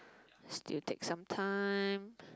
still takes some time